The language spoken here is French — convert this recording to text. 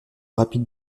rapid